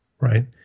right